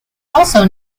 also